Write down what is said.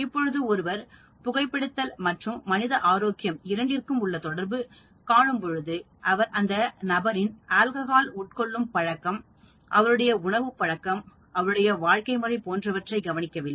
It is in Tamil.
இப்பொழுது ஒருவர் புகைபிடித்தல் மற்றும் மனித ஆரோக்கியம் இரண்டிற்கும் உள்ள தொடர் காணும் பொழுது அவர் அந்த நபரின் ஆல்கஹால் உட்கொள்ளும் பழக்கம் அவருடைய உணவுப்பழக்கம் அவருடைய வாழ்க்கை முறை போன்றவற்றை கவனிக்கவில்லை